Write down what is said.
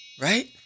Right